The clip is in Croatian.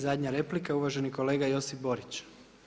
I zadnja replika uvaženi kolega Josip Borić.